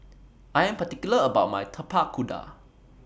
I Am particular about My Tapak Kuda